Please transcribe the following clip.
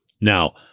Now